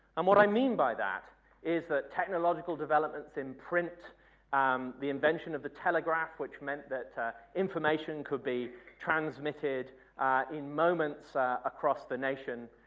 um what i mean by that is that technological developments imprint um the invention of the telegraph, which meant that information could be transmitted in moments across the nation,